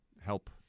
help